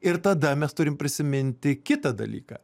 ir tada mes turim prisiminti kitą dalyką